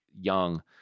young